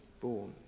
born